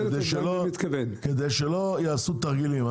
כדי שלא יעשו תרגילים.